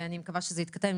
ואני מקווה שזה יתקדם.